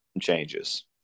changes